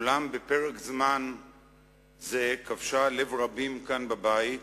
אולם, בפרק זמן זה כבשה לב רבים כאן בבית.